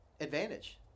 advantage